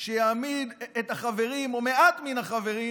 שיעמיד את החברים, או מעט מן החברים,